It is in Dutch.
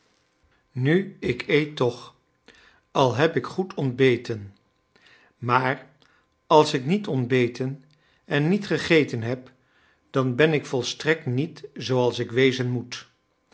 nu ik eet toch al heb ik goed ontbeten maar als ik niet ontbeten en niet gegeten heb dan ben ik volstrekt niet zooals ik wezen moet